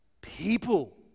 people